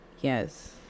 Yes